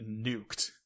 nuked